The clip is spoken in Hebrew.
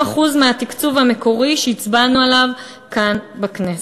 150% של התקצוב המקורי שהצבענו עליו כאן בכנסת.